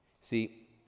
See